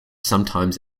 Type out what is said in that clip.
sometimes